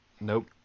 Nope